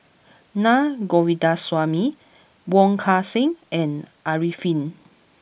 Naa Govindasamy Wong Kan Seng and Arifin